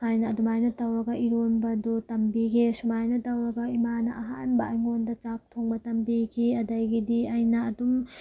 ꯍꯥꯏꯅ ꯑꯗꯨꯃꯥꯏꯅ ꯇꯧꯔꯒ ꯏꯔꯣꯟꯕꯗꯣ ꯇꯝꯕꯤꯈꯤ ꯁꯨꯃꯥꯏꯅ ꯇꯧꯔꯒ ꯏꯃꯥꯅ ꯑꯍꯥꯟꯕ ꯑꯩꯉꯣꯟꯗ ꯆꯥꯛ ꯊꯣꯡꯕ ꯇꯝꯕꯤꯈꯤ ꯑꯗꯒꯤꯗꯤ ꯑꯩꯅ ꯑꯗꯨꯝ